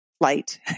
light